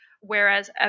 whereas